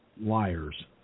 liars